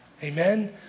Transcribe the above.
Amen